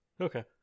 okay